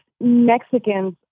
Mexicans